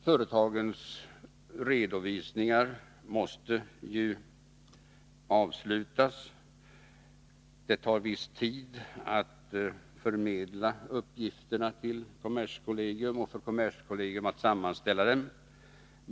Företagens redovisningar måste ju avslutas, och det tar viss tid att förmedla uppgifterna till kommerskollegium och för kommerskollegium att sammanställa dem.